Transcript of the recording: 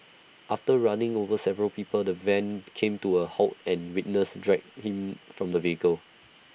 after running over several people the van came to A halt and witnesses dragged him from the vehicle